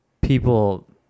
people